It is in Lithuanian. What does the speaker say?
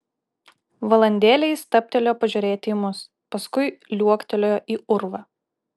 valandėlę jis stabtelėjo pažiūrėti į mus paskui liuoktelėjo į urvą